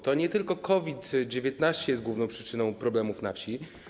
To nie tylko COVID-19 jest główną przyczyną problemów na wsi.